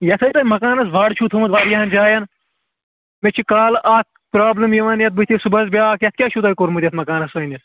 یتھے تۄہہِ مکانَس ور چھُو تھومُت واریاہَن جایَن مےٚ چھِ کالہٕ اَکھ پرابلِم یِوان یَتھ بٕتھِ صُبحَس بیٛاکھ یَتھ کیٛاہ چھُو تۄہہِ کوٚرمُت یَتھ مکانَس سٲنِس